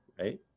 right